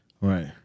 Right